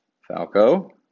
Falco